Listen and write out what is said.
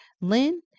Lynn